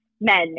men